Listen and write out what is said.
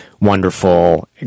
wonderful